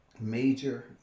major